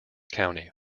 county